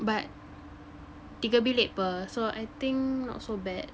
but tiga bilik [pe] so I think not so bad